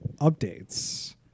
updates